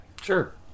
Sure